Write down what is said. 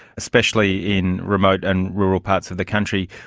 especially in remote and rural parts of the country,